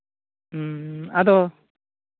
ᱦᱮᱸ ᱟᱫᱚ